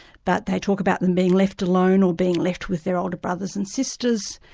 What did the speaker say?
but they talk about them being left alone or being left with their older brothers and sisters,